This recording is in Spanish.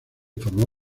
formó